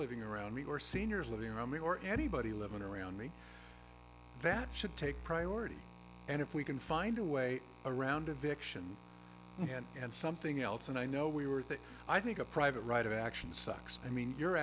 living around me or seniors living around me or anybody living around me that should take priority and if we can find a way around a vixen and something else and i know we were thick i think a private right of action sucks i mean you're